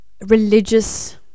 religious